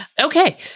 Okay